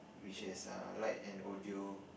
which has uh light and audio